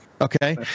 Okay